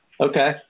Okay